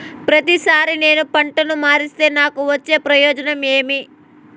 ప్రతిసారి నేను పంటను మారిస్తే నాకు వచ్చే ప్రయోజనం ఏమి?